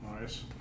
Nice